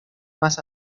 más